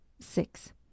six